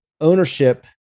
ownership